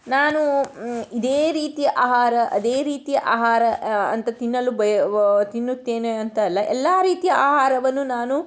ನಾನು ಇದೇ ರೀತಿಯ ಆಹಾರ ಅದೇ ರೀತಿಯ ಆಹಾರ ಅಂತ ತಿನ್ನಲು ಬಯ ವ ತಿನ್ನುತ್ತೇನೆ ಅಂತ ಅಲ್ಲ ಎಲ್ಲ ರೀತಿಯ ಆಹಾರವನ್ನೂ ನಾನು